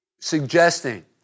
Suggesting